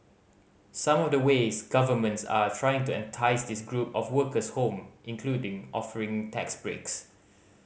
some of the ways governments are trying to entice this group of workers home including offering tax breaks